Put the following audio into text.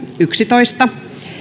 yksitoista